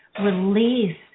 release